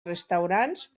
restaurants